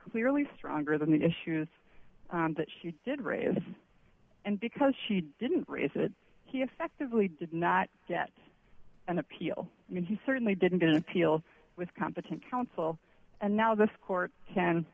clearly stronger than the issues that she did raise and because she didn't raise it he effectively did not get an appeal and he certainly didn't get an appeal with competent counsel and now this court can